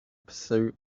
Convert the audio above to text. pursuit